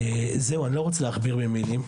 אני לא רוצה להכביר במלים,